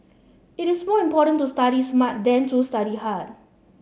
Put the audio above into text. it is more important to study smart than to study hard